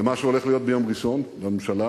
למה שהולך להיות ביום ראשון בממשלה,